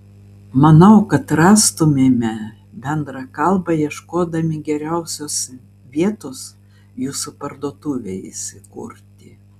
manau kad rastumėme bendrą kalbą ieškodami geriausios vietos jūsų parduotuvei įsikurti